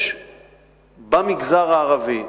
יש במגזר הערבי,